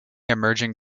emerging